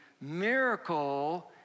miracle